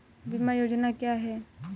बीमा योजना क्या है?